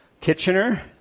Kitchener